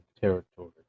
territory